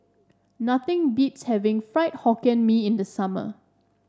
nothing beats having Fried Hokkien Mee in the summer